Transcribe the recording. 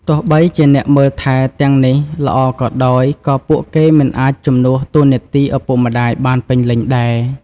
ទោះបីជាអ្នកមើលថែទាំងនេះល្អក៏ដោយ ក៏ពួកគេមិនអាចជំនួសតួនាទីឪពុកម្ដាយបានពេញលេញដែរ។